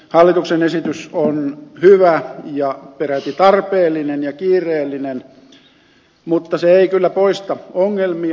hallituksen esitys on hyvä ja peräti tarpeellinen ja kiireellinen mutta se ei kyllä poista ongelmia